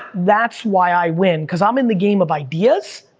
that's why i win, cause i'm in the game of ideas,